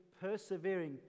persevering